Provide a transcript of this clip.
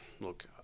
look